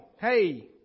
hey